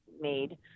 made